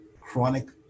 chronic